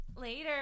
later